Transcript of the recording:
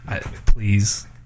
Please